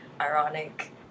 ironic